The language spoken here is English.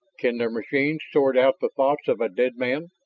can their machines sort out the thoughts of a dead man?